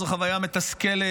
זאת חוויה מתסכלת,